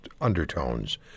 undertones